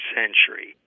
century